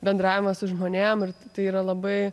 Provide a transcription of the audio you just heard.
bendravimas su žmonėm ir tai yra labai